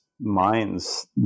minds